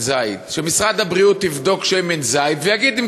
שמשרד הבריאות יבדוק שמן זית ויגיד אם